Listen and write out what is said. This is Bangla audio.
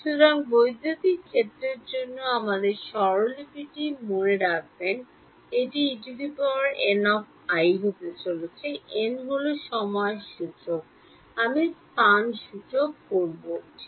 সুতরাং বৈদ্যুতিক ক্ষেত্রের জন্য আমাদের স্বরলিপিটি মনে রাখবেন এটি En হতে চলেছে n হল সময় সূচক আমি স্থান সূচক ঠিক